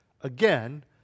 again